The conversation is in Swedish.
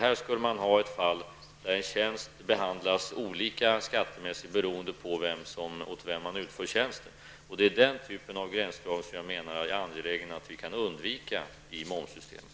Här skulle vi ha ett fall där en tjänst behandlas olika skattemässigt beroende på åt vem tjänsten utförs. Det är den typen av gränsdragningsproblem jag är angelägen om att vi skall försöka undvika i momssystemet.